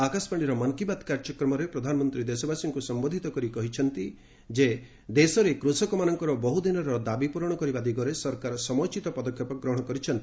ଆକାଶବାଣୀର 'ମନ୍ କୀ ବାତ୍' କାର୍ଯ୍ୟକ୍ରମରେ ପ୍ରଧାନମନ୍ତ୍ରୀ ଦେଶବାସୀଙ୍କୁ ସମ୍ଭୋଧିତ କରି କହିଛନ୍ତି ଯେ ଦେଶରେ କୃଷକମାନଙ୍କର ବହୁଦିନର ଦାବିପ୍ରରଣ କରିବା ଦିଗରେ ସରକାର ସମୟୋଚିତ ପଦକ୍ଷେପ ଗ୍ରହଣ କରିଛନ୍ତି